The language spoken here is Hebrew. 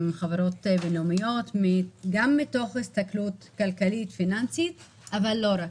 חברות בין-לאומיות גם מתוך הסתכלות כלכלית פיננסית אבל לא רק,